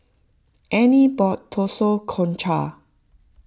Anie bought Zosui for Concha